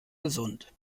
gesund